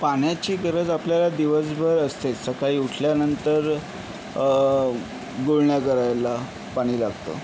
पाण्याची गरज आपल्याला दिवसभर असते सकाळी उठल्यानंतर गुळण्या करायला पाणी लागतं